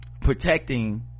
protecting